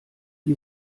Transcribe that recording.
die